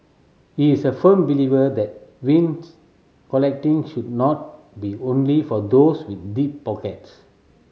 he is a firm believer that vinyl collecting should not be only for those with deep pockets